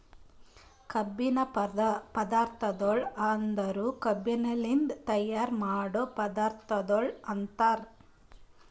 ಕಬ್ಬಿನ ಪದಾರ್ಥಗೊಳ್ ಅಂದುರ್ ಕಬ್ಬಿನಲಿಂತ್ ತೈಯಾರ್ ಮಾಡೋ ಪದಾರ್ಥಗೊಳ್ ಅಂತರ್